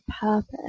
purpose